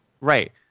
Right